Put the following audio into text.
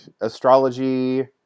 astrology